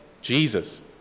Jesus